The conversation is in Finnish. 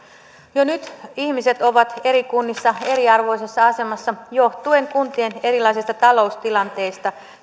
jo nyt ihmiset ovat eri kunnissa eriarvoisessa asemassa johtuen kuntien erilaisista taloustilanteista